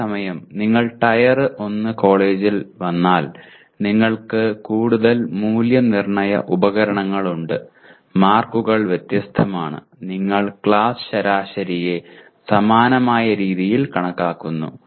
അതേസമയം നിങ്ങൾ ടയർ 1 കോളേജിൽ വന്നാൽ നിങ്ങൾക്ക് കൂടുതൽ മൂല്യനിർണയ ഉപകരണങ്ങൾ ഉണ്ട് മാർക്കുകൾ വ്യത്യസ്തമാണ് നിങ്ങൾ ക്ലാസ് ശരാശരിയെ സമാനമായ രീതിയിൽ കണക്കാക്കുന്നു